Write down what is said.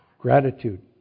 Gratitude